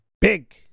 Big